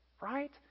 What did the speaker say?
Right